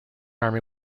army